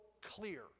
clear